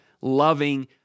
loving